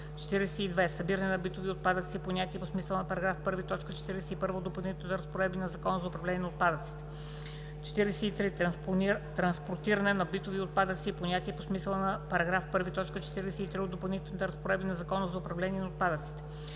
42. „Събиране на битови отпадъци“ е понятие по смисъла на § 1, т. 41 от Допълнителните разпоредби на Закона за управление на отпадъците. 43. „Транспортиране на битови отпадъци“ е понятие по смисъла на § 1, т. 43 от Допълнителните разпоредби на Закона за управление на отпадъците.